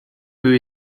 peu